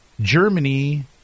Germany